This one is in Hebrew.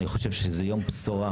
זה יום בשורה